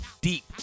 deep